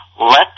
let